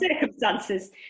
circumstances